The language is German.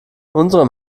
unserem